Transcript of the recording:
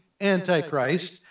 Antichrist